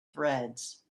threads